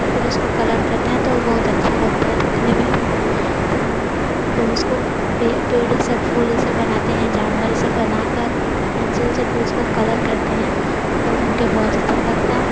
तब फिर उसको कलर करते हैं तो वह बहुत अच्छा लगता है देखने में तो हम जब उसको पे पेड़ यह सब फूल यह सब बनाते हैं जानवर यह सब बना कर पेंसिल से फिर उसको कलर करते हैं तब हमको बहुत अच्छा लगता है